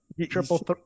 triple